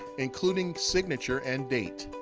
including signature and date.